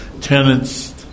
tenants